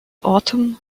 autumn